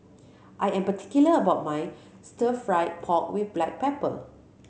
I am particular about my Stir Fried Pork With Black Pepper